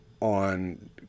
on